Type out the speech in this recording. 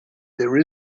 there